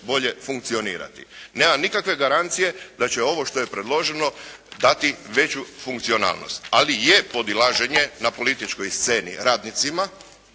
bolje funkcionirati. Nema nikakve garancije da će ovo što je predloženo dati veću funkcionalnost, ali je podilaženje na političkoj sceni radnicima.